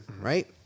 right